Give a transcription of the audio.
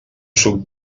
suc